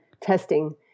testing